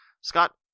Scott